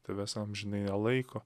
tavęs amžinai nelaiko